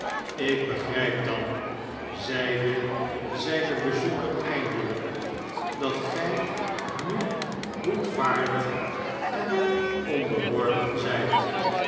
ik begrijp dan zelde zijn bezoeker eindelijk dat gij nu boetvaardig en onderworpen zijt